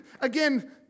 again